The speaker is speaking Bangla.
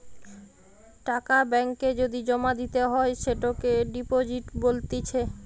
টাকা ব্যাঙ্ক এ যদি জমা দিতে হয় সেটোকে ডিপোজিট বলতিছে